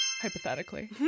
Hypothetically